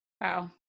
wow